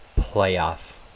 playoff